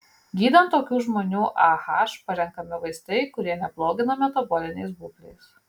gydant tokių žmonių ah parenkami vaistai kurie neblogina metabolinės būklės